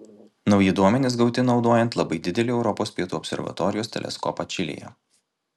nauji duomenys gauti naudojant labai didelį europos pietų observatorijos teleskopą čilėje